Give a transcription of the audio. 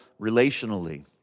relationally